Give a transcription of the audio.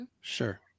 sure